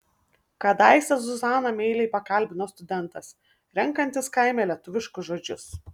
kadaise zuzaną meiliai pakalbino studentas renkantis kaime lietuviškus žodžius